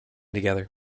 together